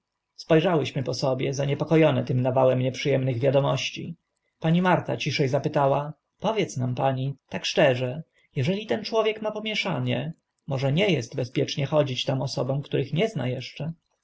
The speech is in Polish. spo rzałyśmy po sobie zaniepoko one tym nawałem nieprzy emnych wiadomości pani marta cisze zapytała powiedz nam pani tak szczerze eżeli ten człowiek ma pomieszanie może nie est bezpiecznie chodzić tam osobom których nie zna eszcze